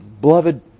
Beloved